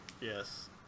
Yes